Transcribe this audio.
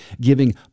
giving